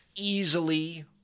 Easily